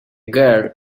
girl